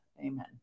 Amen